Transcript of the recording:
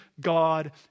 God